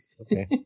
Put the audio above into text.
okay